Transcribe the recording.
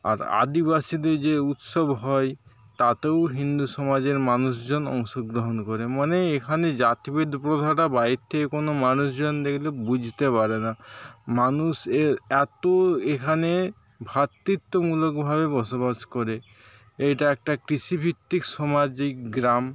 আর আদিবাসীদের যে উৎসব হয় তাতেও হিন্দু সমাজের মানুষজন অংশগ্রহণ করে মানে এখানে জাতিভেদ প্রথাটা বাইরের থেকে কোন মানুষজন দেখলে বুঝতে পারেনা মানুষের এত এখানে ভ্রাতৃত্বমূলকভাবে বসবাস করে এটা একটা কৃষিভিত্তিক সামাজিক গ্রাম